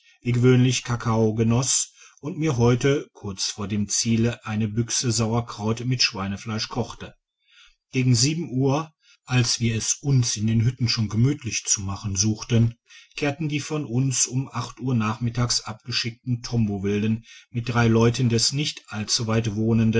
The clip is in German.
gewöhnlich kakao genoss und mir heute kurz vor dem ziele eine büchse sauerkraut mit schweinefleisch kochte gegen sieben uhr als wir es uns in den hütten schon gemütlich zu machen suchten kehrten die von uns um acht uhr nachmittags abgeschickten tombo wilden mit drei leuten des nicht